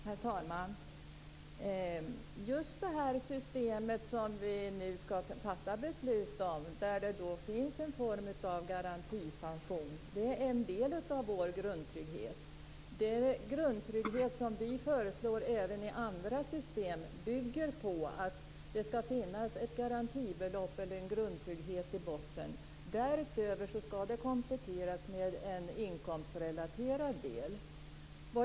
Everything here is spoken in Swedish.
Herr talman! Just det system som vi nu skall fatta beslut om, där det finns en form av garantipension, är en del av vår grundtrygghet. Den grundtrygghet som Centern föreslår även i andra system bygger på att det skall finnas ett garantibelopp eller en grundtrygghet i botten. Därutöver skall det hela kompletteras med en inkomstrelaterad del.